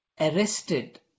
arrested